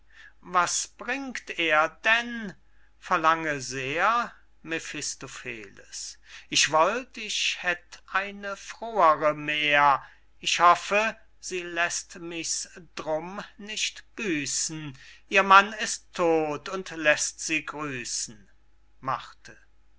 was bringt er denn verlange sehr mephistopheles ich wollt ich hätt eine frohere mähr ich hoffe sie läßt mich's drum nicht büßen ihr mann ist todt und läßt sie grüßen